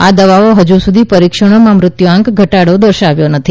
આ દવાઓએ હજુ સુધી પરીક્ષણોમાં મૃત્યુઆંક ઘટાડો દર્શાવ્યો નથી